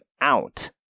out